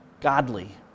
Godly